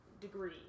degree